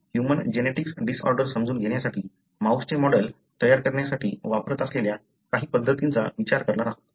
आपण human genetics disorder समजून घेण्यासाठी माऊसचे मॉडेल करण्यासाठी वापरत असलेल्या काही पद्धतींचा विचार करणार आहोत